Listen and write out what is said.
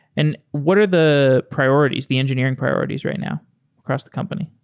and what are the priorities? the engineering priorities right now across the company?